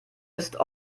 ist